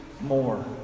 more